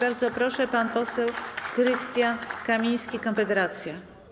Bardzo proszę, pan poseł Krystian Kamiński, Konfederacja.